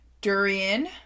Durian